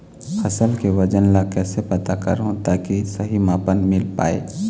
फसल के वजन ला कैसे पता करहूं ताकि सही मापन मील पाए?